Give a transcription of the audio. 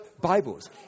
Bibles